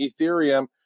Ethereum